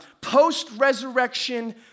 post-resurrection